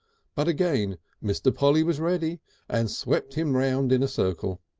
but again mr. polly was ready and swept him round in a circle.